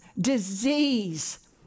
disease